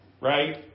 Right